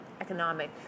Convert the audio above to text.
economic